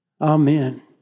Amen